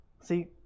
See